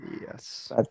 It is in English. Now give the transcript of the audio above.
Yes